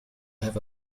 have